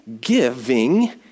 giving